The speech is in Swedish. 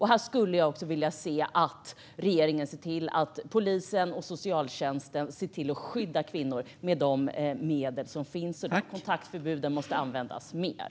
Här skulle jag vilja se att regeringen ser till att polisen och socialtjänsten ser till att skydda kvinnor med de medel som finns. Kontaktförbuden måste användas mer.